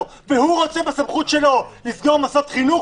והוא רוצה בסמכות שלו לסגור מוסדות חינוך,